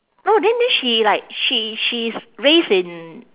orh then then she like she she's raised in